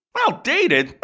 Outdated